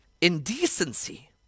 indecency